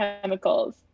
chemicals